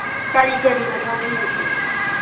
ꯀꯔꯤ ꯒꯥꯔꯤꯅꯣ ꯊꯧꯕꯤꯔꯤꯁꯤ